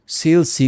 sales